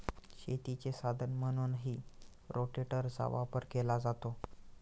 शेतीचे साधन म्हणूनही रोटेटरचा वापर केला जातो